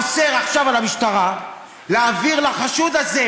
אתה אוסר עכשיו על המשטרה להעביר לחשוד הזה,